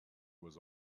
was